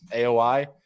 AOI